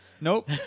nope